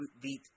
beat